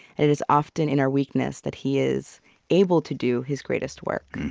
and it is often in our weakness that he is able to do his greatest work.